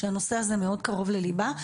שהנושא הזה מאוד קרוב לליבה.